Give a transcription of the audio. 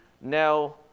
now